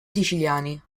siciliani